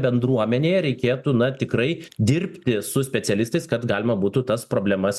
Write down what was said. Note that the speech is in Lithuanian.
bendruomenėje reikėtų na tikrai dirbti su specialistais kad galima būtų tas problemas